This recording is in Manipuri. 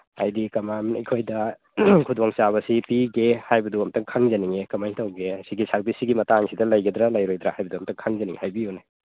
ꯍꯥꯏꯗꯤ ꯀꯃꯝ ꯑꯩꯈꯣꯏꯗ ꯈꯨꯗꯣꯡꯆꯥꯕꯁꯤ ꯄꯤꯒꯦ ꯍꯥꯏꯕꯗꯨ ꯑꯝꯇꯪ ꯈꯪꯖꯅꯤꯡꯉꯤ ꯀꯃꯥꯏ ꯇꯧꯒꯦ ꯁꯤꯒꯤ ꯁꯥꯔꯚꯤꯁꯁꯤꯒꯤ ꯃꯇꯥꯡꯁꯤꯗ ꯂꯩꯒꯗ꯭ꯔꯥ ꯂꯩꯔꯣꯏꯗ꯭ꯔꯥ ꯍꯥꯏꯕꯗꯨ ꯑꯝꯇ ꯈꯪꯖꯅꯤꯡꯉꯤ ꯍꯥꯏꯕꯤꯌꯨꯅꯦ